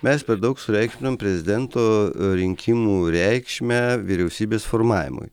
mes per daug sureikšminam prezidento rinkimų reikšmę vyriausybės formavimui